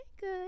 good